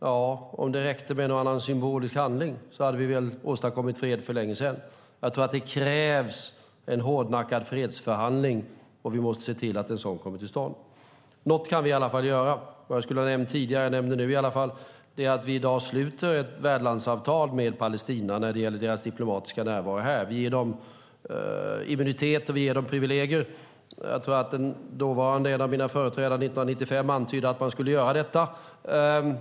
Ja, om det räckte med en och annan symbolisk handling hade vi väl åstadkommit fred för länge sedan. Jag tror att det krävs en hårdnackad fredsförhandling. Vi måste se till att en sådan kommer till stånd. Något kan vi i all fall göra. Jag skulle ha nämnt det tidigare, men jag nämner det nu i alla fall: Vi sluter i dag ett värdlandsavtal med Palestina när det gäller deras diplomatiska närvaro här. Vi ger dem immunitet och vi ger dem privilegier. En av mina företrädare antydde 1995 att man skulle göra detta.